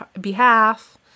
behalf